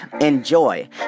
enjoy